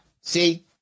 See